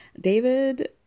David